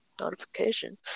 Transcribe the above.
notification